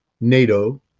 NATO